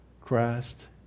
Christ